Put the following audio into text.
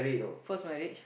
first right